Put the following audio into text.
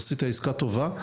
אז עשית עסקה טובה.